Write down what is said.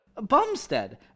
Bumstead